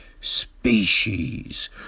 species